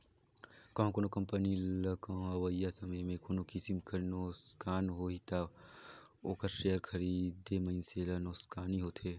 कहों कोनो कंपनी ल कहों अवइया समे में कोनो किसिम कर नोसकान होही ता ओकर सेयर खरीदे मइनसे ल नोसकानी होथे